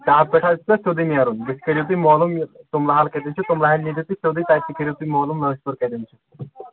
ٹہاب پٮ۪ٹھہٕ حظ چھُو تۄہہِ سیٛودٕے نیرُن بٔتھہِ کٔرِو تُہۍ معلوٗم یہِ توٚملہٕ حال کَتیٚن چھُ توٚملہٕ حالۍ نیٖرِو تُہۍ سیٛودٕے تَتہِ تہِ کٔرِو تُہۍ معلوٗم لٲسۍ پوٗر کَتیٚن چھُ